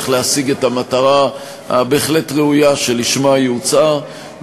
להשיג את המטרה הראויה בהחלט שלשמה היא הוצעה.